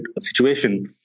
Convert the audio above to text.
situation